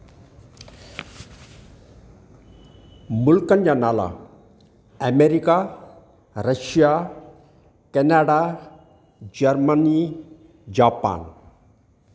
मुल्कनि जा नाला America Russia Canada Germany Japan